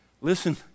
Listen